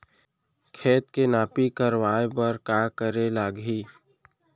खेत के नापी करवाये बर का करे लागही?